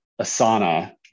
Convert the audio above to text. Asana